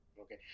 Okay